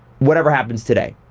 whatever happens today.